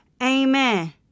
amen